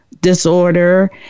disorder